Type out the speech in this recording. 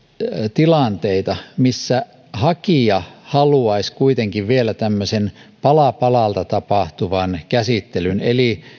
tilanteita missä hakija haluaisi kuitenkin vielä tämmöisen pala palalta tapahtuvan käsittelyn eli